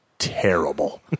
Terrible